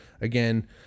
again